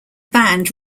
band